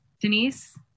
Denise